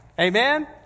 Amen